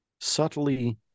subtly